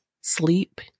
sleep